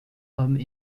hommes